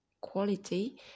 quality